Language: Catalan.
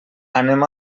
anem